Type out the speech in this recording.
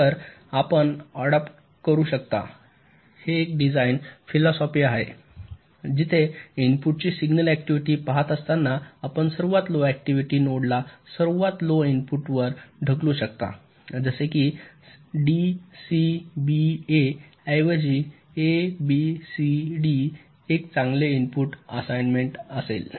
तर आपण ऍडॉप्ट करू शकता हे एक डिझाइन फिलॉसॉफी आहे जेथे इनपुटची सिग्नल ऍक्टिव्हिटी पहात असताना आपण सर्वात लो ऍक्टिव्हिटी नोडला सर्वात लो इनपुटवर ढकलू शकता जसे की डी सी बी ए ऐवजी ए बी सि डी एक चांगले इनपुट असाइनमेंट असेल